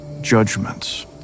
judgments